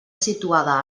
situada